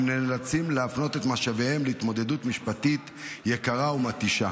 הם נאלצים להפנות את משאביהם להתמודדות משפטית יקרה ומתישה.